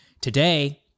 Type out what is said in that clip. Today